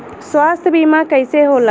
स्वास्थ्य बीमा कईसे होला?